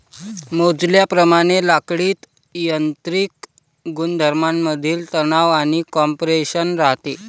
मोजल्याप्रमाणे लाकडीत यांत्रिक गुणधर्मांमधील तणाव आणि कॉम्प्रेशन राहते